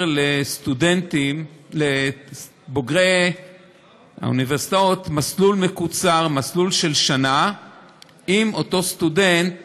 לאפשר לבוגרי האוניברסיטאות מסלול מקוצר של שנה אם אותו סטודנט